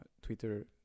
twitter